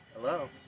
Hello